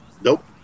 Nope